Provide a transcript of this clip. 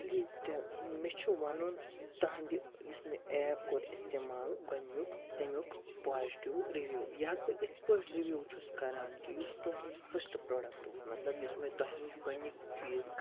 please tell مےٚ چھِ وَنُن تُہَنٛدِ یُس مےٚ ایپ کوٚر استعمال گۄڈنیُک تَمیُک پازِٹِو رِوِو یَتھ بہٕ یِتھ پٲٹھۍ رِوِو چھُس کَران کہِ یُس تُہُںٛد فٕسٹ پرٛوڈَکٹ اوس مطلب یُس مےٚ تۄہہِ نِش گۄڈنیکۍ چیٖز